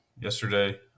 yesterday